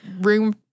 room